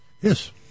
Yes